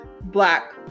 black